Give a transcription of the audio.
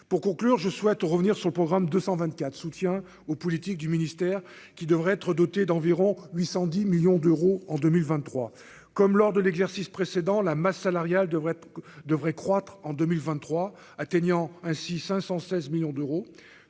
pour conclure je souhaite revenir sur le programme 224 soutien aux politiques du ministère qui devrait être doté d'environ 810 millions d'euros en 2023, comme lors de l'exercice précédent, la masse salariale devrait devrait croître en 2023, atteignant ainsi 516 millions d'euros,